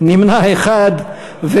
נמנע אחד.